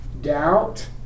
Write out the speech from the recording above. doubt